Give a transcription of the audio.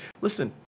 Listen